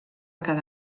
cada